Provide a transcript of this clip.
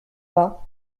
pas